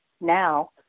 now